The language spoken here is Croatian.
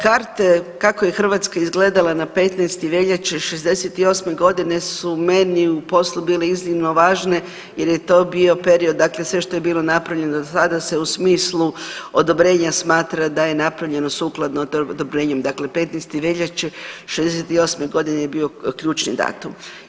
Karte kako je Hrvatska izgledala na 15. veljače '68.g. su meni u poslu bili iznimno važne jer je to bio period, dakle sve što je bilo napravljeno do tada se u smislu odobrenja smatra da je napravljeno sukladno odobrenjem, dakle 15. veljače '68.g. je bio ključni datum.